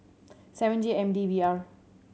seven J M D V R